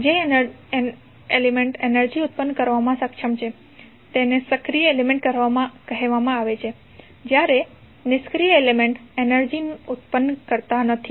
જે element energy ઉત્પન્ન કરવામાં સક્ષમ છે તેને સક્રિય એલિમેન્ટ કહેવામાં આવે છે જ્યારે નિષ્ક્રિય એલિમેન્ટ એનર્જી ઉત્પન્ન કરતા નથી